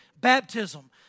baptism